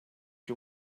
you